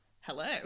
Hello